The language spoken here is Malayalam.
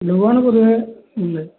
ലവാണ് പറവേ ഉല്ലെ